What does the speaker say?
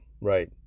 right